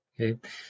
Okay